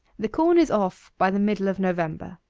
the corn is off by the middle of november.